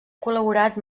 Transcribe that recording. col·laborat